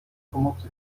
pomocy